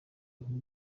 nkuru